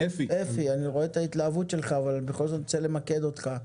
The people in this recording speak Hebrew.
אני רואה את ההתלהבות שלך אבל בכל זאת אני רוצה למקד אותך,